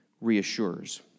reassures